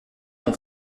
mon